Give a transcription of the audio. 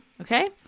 Okay